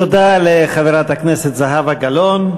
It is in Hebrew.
תודה לחברת הכנסת זהבה גלאון.